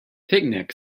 picnic